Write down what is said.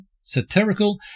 satirical